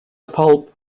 pulp